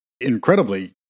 incredibly